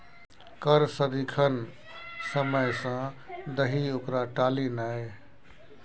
कर सदिखन समय सँ दही ओकरा टाली नै